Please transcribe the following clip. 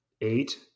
eight